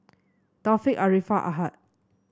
Taufik Arifa Ahad